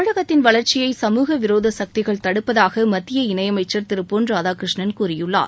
தமிழகத்தின் வளர்ச்சியை சமூகவிரோத சக்திகள் தடுப்பதாக மத்திய இணையமைச்சர் திரு பொன் ராதாகிருஷ்ணன் கூறியுள்ளார்